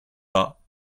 pas